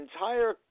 entire